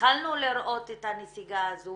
התחלנו לראות את הנסיגה הזו